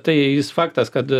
tai jis faktas kad